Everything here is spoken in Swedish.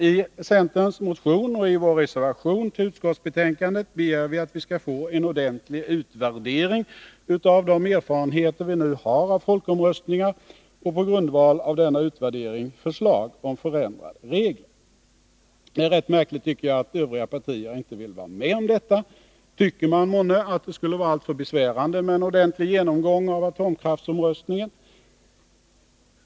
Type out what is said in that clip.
I centerns motion och i vår reservation till utskottsbetänkandet begär vi att vi skall få en ordentlig utvärdering av de erfarenheter vi nu har av folkomröstningar, och på grundval av denna utvärdering förslag om förändrade regler. Det är rätt märkligt att de övriga partierna inte vill vara med om detta. Tycker man månne att det skulle vara alltför besvärande med en ordentlig genomgång av atomkraftsomröstningen?